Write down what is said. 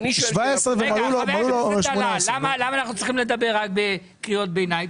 למה אנחנו צריכים לדבר רק בקריאות ביניים?